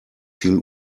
viel